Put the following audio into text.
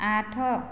ଆଠ